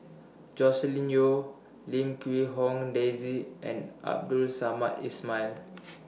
Joscelin Yeo Lim Quee Hong Daisy and Abdul Samad Ismail